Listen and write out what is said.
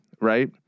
right